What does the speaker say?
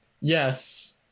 Yes